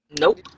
Nope